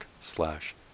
slash